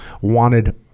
wanted